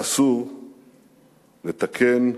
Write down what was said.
אסור "לתקן"